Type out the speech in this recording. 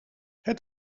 het